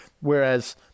Whereas